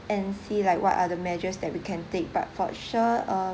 and see like what are the measures that we can take part for sure a